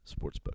Sportsbook